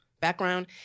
background